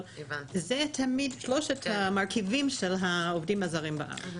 אלה תמיד שלושת המרכיבים של העובדים הזרים בארץ.